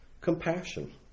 compassion